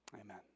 Amen